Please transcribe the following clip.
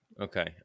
Okay